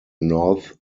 north